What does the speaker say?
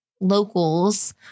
locals